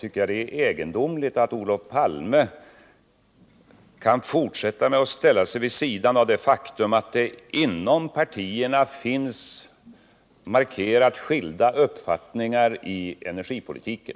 tycker jag det är egendomligt att Olof Palme kan fortsätta att ställa sig vid sidan av det faktum att det inom partierna finns markerat skilda uppfattningar i energipolitiken.